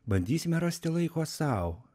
bandysime rasti laiko sau